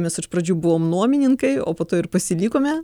mes iš pradžių buvom nuomininkai o po to ir pasilikome